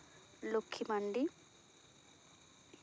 ᱞᱩᱠᱠᱷᱤ ᱢᱟᱱᱰᱤ